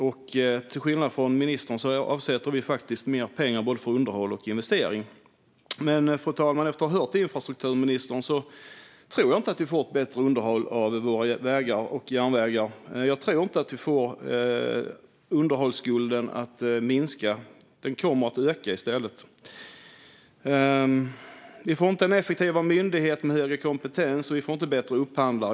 Jämfört med ministern avsätter vi mer pengar för både underhåll och investering. Men, fru talman, efter att ha hört infrastrukturministern tror jag inte att vi får ett bättre underhåll av våra vägar och järnvägar. Jag tror inte att vi får underhållsskulden att minska; den kommer att öka i stället. Vi får inte en effektivare myndighet med högre kompetens, och vi får inte bättre upphandlare.